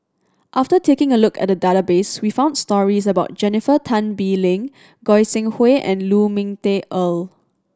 after taking a look at database we found stories about Jennifer Tan Bee Leng Goi Seng Hui and Lu Ming Teh Earl